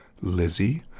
Lizzie